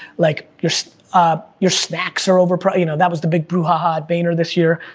like your ah your snacks are overpriced, you know that was the big brouhaha at vayner this year.